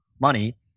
money